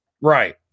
Right